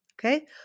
okay